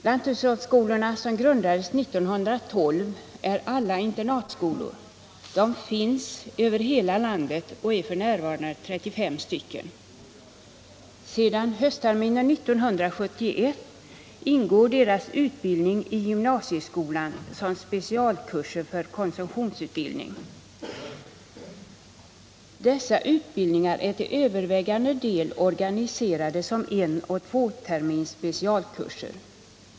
Lanthushållsskolorna, som grundades 1912, är alla internatskolor, de finns över hela landet och är f. n. 35 stycken. Sedan höstterminen 1971 ingår deras utbildning i gymnasieskolan som specialkurser för konsumtionsutbildnin.g. Dessa utbildningar är till övervägande del organiserade som enoch tvåtermins specialkurser.